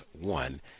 one